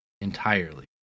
entirely